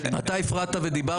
אתה הפרעת ודיברת.